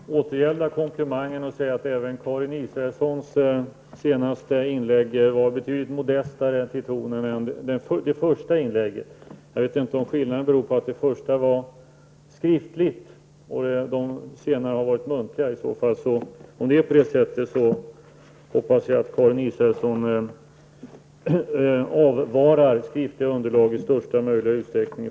Herr talman! Jag vill återgälda komplimangen och säga att även Karin Israelssons senaste inlägg var betydligt modestare i tonen än det första inlägget. Jag vet inte om skillnaden beror på att det fanns ett skriftligt manus till det första inlägget medan de senare var helt muntliga. Om det förhåller sig på det sättet hoppas jag att Karin Israelsson i fortsättningen avvarar skriftliga underlag i största möjliga utsträckning.